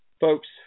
Folks